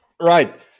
Right